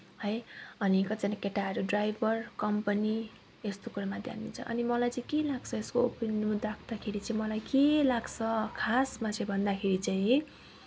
है अनि कतिजना केटाहरू ड्राइभर कम्पनी यस्तो कुरोमा ध्यान दिन्छ अनि मलाई चाहिँ के लाग्छ यसको ओपिनियनमा राख्दाखेरि चाहिँ मलाई के लाग्छ खासमा चाहिँ भन्दाखेरि चाहिँ